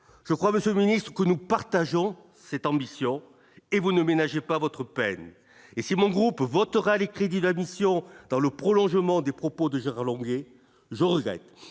je crois, Monsieur le Ministre, que nous partageons cette ambition et vous ne ménageait pas votre peine et si mon groupe votera les crédits de la mission dans le prolongement des propos de Gérard Longuet, je regrette